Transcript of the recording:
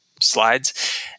slides